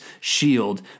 shield